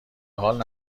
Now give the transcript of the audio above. حال